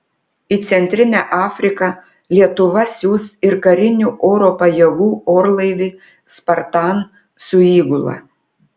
į centrinę afriką lietuva siųs ir karinių oro pajėgų orlaivį spartan su įgula